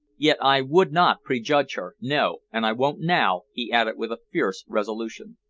yet i would not prejudge her no, and i won't now! he added with a fierce resolution.